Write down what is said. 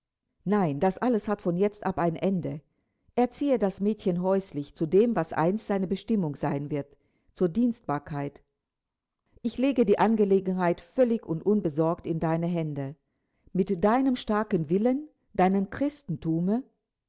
nein das alles hat von jetzt ab ein ende erziehe das mädchen häuslich zu dem was einst seine bestimmung sein wird zur dienstbarkeit ich lege die angelegenheit völlig und unbesorgt in deine hände mit deinem starken willen deinem christentume